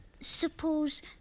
Suppose